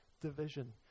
division